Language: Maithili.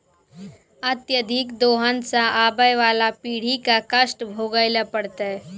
अत्यधिक दोहन सें आबय वाला पीढ़ी क कष्ट भोगै ल पड़तै